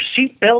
seatbelt